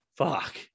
Fuck